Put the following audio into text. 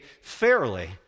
fairly